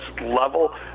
level